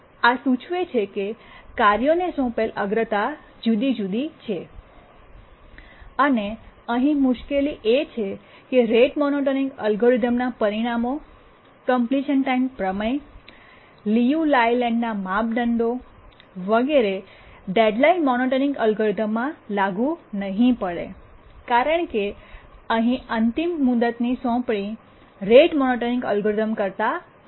આ સૂચવે છે કે કાર્યોને સોંપેલ અગ્રતા જુદી જુદી છે અને અહીં મુશ્કેલી એ છે કે રેટ મોનોટોનિક એલ્ગોરિધમના પરિણામો કમ્પ્લીશન ટાઇમ્ પ્રમેયલિયુ લાયલેન્ડ ના માપદંડો વગેરે ડેડલાઈન મોનોટોનિક એલ્ગોરિધમમાં લાગુ નહીં પડે કારણ કે અહીં અંતિમ મુદતની સોંપણી રેટ મોનોટોનિક એલ્ગોરિધમ કરતા અલગ છે